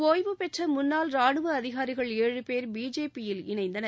ஒய்வுபெற்ற முன்னாள் ரானுவ அதிகாரிகள் ஏழு பேர் பிஜேபி யில் இணைந்தனர்